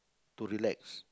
to relax